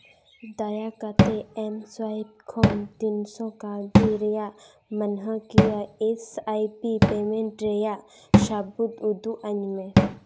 ᱫᱟᱭᱟ ᱠᱟᱛᱮᱫ ᱮᱢᱥᱳᱣᱟᱭᱤᱯ ᱠᱷᱚᱱ ᱛᱤᱱᱥᱚ ᱠᱟᱹᱣᱰᱤ ᱨᱮᱭᱟᱜ ᱢᱟᱹᱱᱦᱟᱹᱠᱤᱭᱟᱹ ᱮᱥ ᱟᱭ ᱯᱤ ᱯᱮᱢᱮᱱᱴ ᱨᱮᱭᱟᱜ ᱥᱟᱹᱵᱩᱫ ᱩᱫᱩᱜ ᱟᱹᱧᱢᱮ